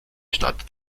stadt